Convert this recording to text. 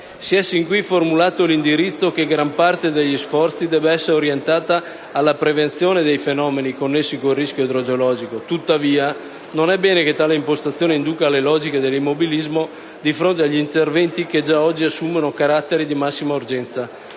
Si è sin qui formulato l'indirizzo che gran parte degli sforzi debba essere orientata alla prevenzione dei fenomeni connessi con il rischio idrogeologico, tuttavia non è bene che tale impostazione induca alle logiche dell'immobilismo di fronte agli interventi che già oggi assumono caratteri della massima urgenza.